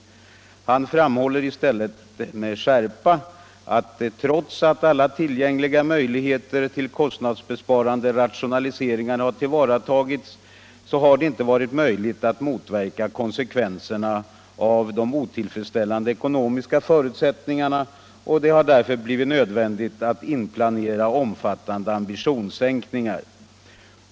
Överbefälhavaren framhåller i stället med skärpa att det trots att alla tillgängliga möjligheter till kostnadsbesparande rationaliseringar tillvaratagits inte varit möjligt att motverka konsekvenserna av de otillfredsställande ekonomiska förutsättningarna och att det därför varit nödvändigt att inplanera omfattande ambitionssänkningar.